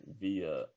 via